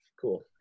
cool